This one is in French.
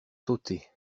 sauter